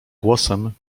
głosem